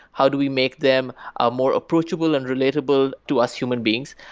how do we make them ah more approachable and relatable to us human beings?